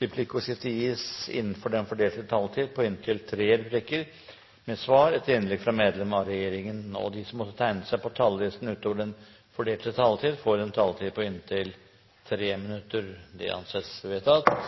replikkordskifte på inntil tre replikker med svar etter innlegg fra medlem av regjeringen innenfor den fordelte taletid. Videre blir det foreslått at de som måtte tegne seg på talerlisten utover den fordelte taletid, får en taletid på inntil 3 minutter. – Det anses vedtatt.